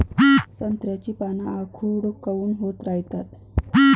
संत्र्याची पान आखूड काऊन होत रायतात?